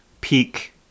peak